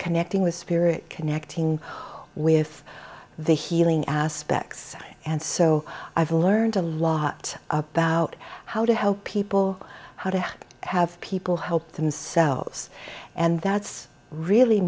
connecting with spirit connecting with the healing aspects and so i've learned a lot about how to help people how to have people help themselves and that's really